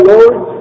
Lord